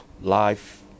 life